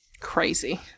Crazy